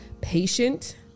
patient